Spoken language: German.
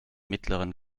mittleren